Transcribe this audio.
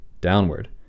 downward